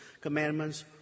commandments